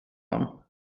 honom